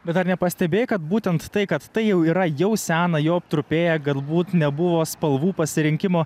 bet ar nepastebėjai kad būtent tai kad tai jau yra jau sena jau aptrupėję galbūt nebuvo spalvų pasirinkimo